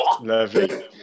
lovely